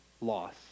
loss